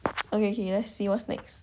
okay okay let's see what's next